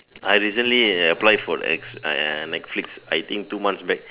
I recently applied for ex for netflix I think two months back